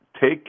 take